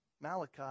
Malachi